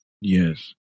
Yes